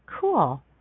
cool